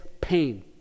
pain